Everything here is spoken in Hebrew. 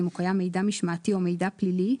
או קיים מידע משמעתי או מידע פלילי,